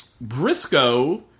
Briscoe